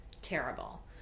Terrible